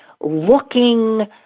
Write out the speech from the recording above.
looking